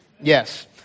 Yes